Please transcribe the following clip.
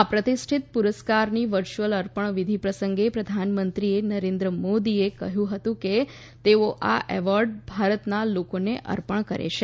આ પ્રતિષ્ઠિત પુરસ્કારની વર્ચ્યુયલ અર્પણ વિધિ પ્રસંગે પ્રધાનમંત્રીએ નરેન્દ્ર મોદીએ કહ્યું હતું કે તેઓ આ એવોર્ડ ભારતના લોકોને અર્પણ કરે છે